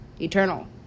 eternal